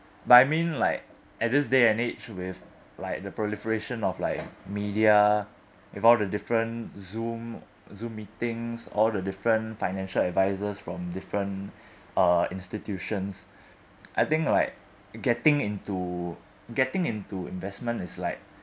but I mean like at this day and age with like the proliferation of like media with all the different zoom zoom meetings all the different financial advisers from different uh institutions I think like getting into getting into investment is like